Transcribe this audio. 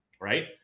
right